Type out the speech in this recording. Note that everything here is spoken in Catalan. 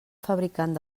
fabricant